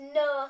no